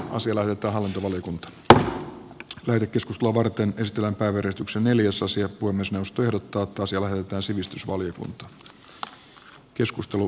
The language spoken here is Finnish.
puhemiesneuvosto ehdottaa että hallintovaliokunta leirikeskusta varten ystävänpäiväristuksen neljäsosia kuin myös jos tyyli tuottaa se asia lähetetään sivistysvaliokuntaan